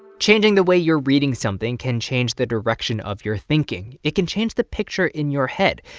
changing the way you're reading something can change the direction of your thinking. it can change the picture in your head,